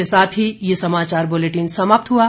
इसी के साथ ये समाचार बुलेटिन समाप्त हुआ